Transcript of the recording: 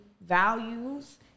values